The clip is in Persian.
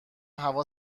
هوا